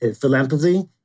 philanthropy